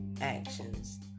actions